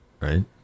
right